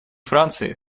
франции